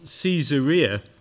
Caesarea